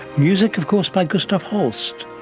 music of course by gustav holst.